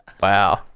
wow